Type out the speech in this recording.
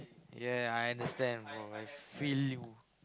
ya I understand bro I feel you